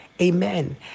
Amen